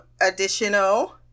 additional